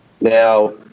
now